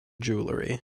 jewellery